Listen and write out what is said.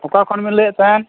ᱚᱠᱟ ᱠᱷᱚᱱ ᱵᱤᱱ ᱞᱟᱹᱭᱮᱫ ᱛᱟᱦᱮᱱ